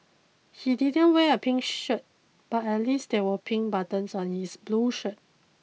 he didn't wear a pink shirt but at least there were pink buttons on his blue shirt